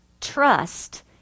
trust